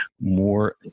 more